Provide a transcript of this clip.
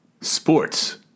Sports